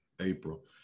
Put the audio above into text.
April